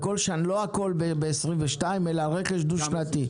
לא הכול ב-2022 אלא רכש דו שנתי.